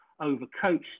overcoached